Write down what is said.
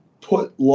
put